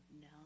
no